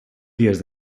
dies